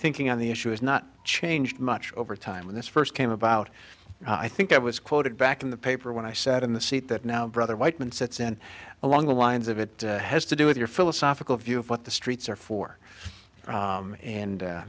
thinking on the issue is not changed much over time when this first came about i think i was quoted back in the paper when i sat in the seat that now brother whiteman sits and along the lines of it has to do with your philosophical view of what the streets are for and